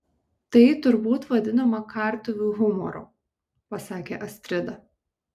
tai turbūt vadinama kartuvių humoru pasakė astrida